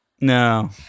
no